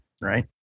right